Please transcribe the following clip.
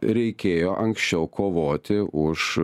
reikėjo anksčiau kovoti už